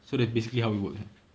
so that's basically how it works uh